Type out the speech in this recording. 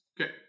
Okay